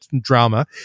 drama